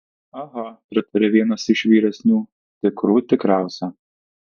aha pritarė vienas iš vyresnių tikrų tikriausia